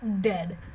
dead